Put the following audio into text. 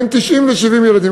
בין 70 ל-90 ילדים.